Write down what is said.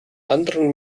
anderen